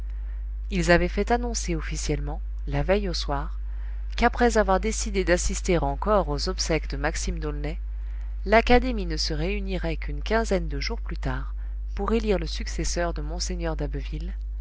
ils avaient fait annoncer officiellement la veille au soir qu'après avoir décidé d'assister en corps aux obsèques de maxime d'aulnay l'académie ne se réunirait qu'une quinzaine de jours plus tard pour élire le successeur de mgr d'abbeville